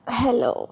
hello